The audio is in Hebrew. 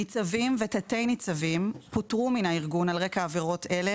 ניצבים ותתי ניצבים פוטרו מהארגון על רקע עבירות אלה,